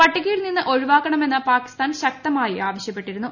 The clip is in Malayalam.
പട്ടികയിൽ നിന്ന് ഒഴിവാക്കണമെന്ന് പാകിസ്ഥാൻ ശക്തമായി ആവശ്യപ്പെട്ടിരുന്നു